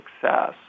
success